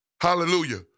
Hallelujah